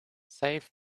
save